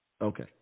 Okay